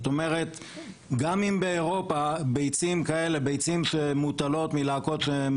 גם אם באירופה ביצים שמוטלות מלהקות שהן